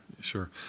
sure